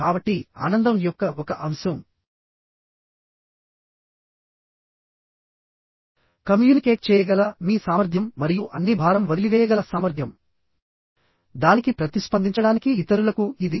కాబట్టి ఆనందం యొక్క ఒక అంశం సమర్థవంతంగా కమ్యూనికేట్ చేయగల మరియు కమ్యూనికేట్ చేయగల మీ సామర్థ్యం మరియు అన్ని భారం వదిలివేయగల సామర్థ్యం దానికి ప్రతిస్పందించడానికి ఇతరులకు ఇది